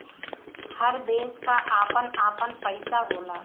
हर देश क आपन आपन पइसा होला